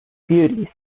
beauty